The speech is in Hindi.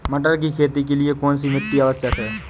मटर की खेती के लिए कौन सी मिट्टी आवश्यक है?